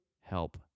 help